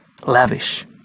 lavish